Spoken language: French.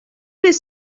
les